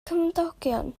cymdogion